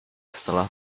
setelah